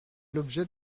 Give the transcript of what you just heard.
l’objet